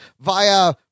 via